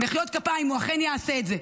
מחיאות כפיים, הוא אכן יעשה את זה.